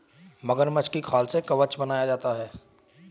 मगरमच्छ की खाल से कवच बनाया जाता है